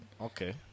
Okay